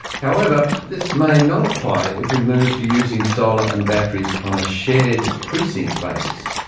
however, this may not apply if we move to using solar and batteries on a shared precinct basis.